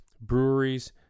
Breweries